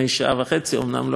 אומנם לא היית פה, אבל,